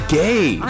gay